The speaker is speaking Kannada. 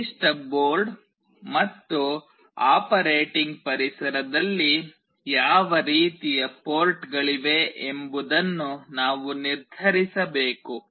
ನಿರ್ದಿಷ್ಟ ಬೋರ್ಡ್ ಮತ್ತು ಆಪರೇಟಿಂಗ್ ಪರಿಸರದಲ್ಲಿ ಯಾವ ರೀತಿಯ ಪೋರ್ಟ್ಗಳಿವೆ ಎಂಬುದನ್ನು ನಾವು ನಿರ್ಧರಿಸಬೇಕು